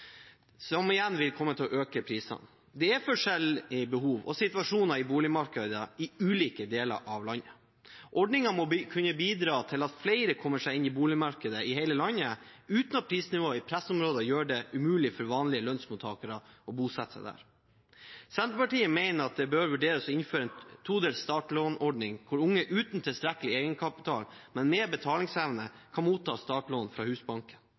som igjen vil komme til å øke prisene. Det er forskjellige behov og situasjoner i boligmarkedet i ulike deler av landet. Ordningen må kunne bidra til at flere kommer seg inn i boligmarkedet i hele landet, uten at prisnivået i pressområder gjør det umulig for vanlige lønnsmottakere å bosette seg der. Senterpartiet mener at det bør vurderes å innføre en todelt startlånordning, der unge uten tilstrekkelig egenkapital, men med betalingsevne, kan motta startlån fra Husbanken.